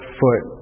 foot